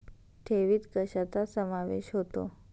ठेवीत कशाचा समावेश होतो?